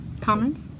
Comments